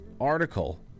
article